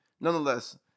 Nonetheless